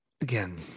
again